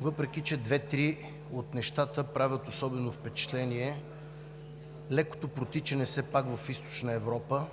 въпреки че две-три от нещата правят особено впечатление – лекото протичане все пак в Източна Европа,